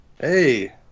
Hey